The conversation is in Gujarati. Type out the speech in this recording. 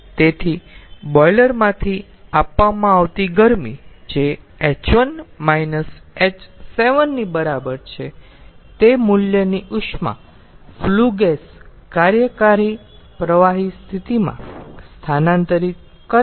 તેથી બોઈલર માંથી આપવામાં આવતી ગરમી જે h1 h7 ની બરાબર છે તે મૂલ્યની ઉષ્મા ફ્લુ ગેસ કાર્યકારી પ્રવાહીમાં સ્થાનાંતરિત કરે છે